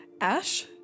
ash